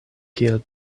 kiel